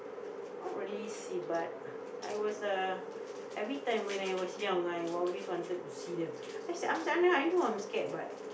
not really seen but I was uh every time when I was young I always wanted to see them I say I know I'm scared but